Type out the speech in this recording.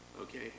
okay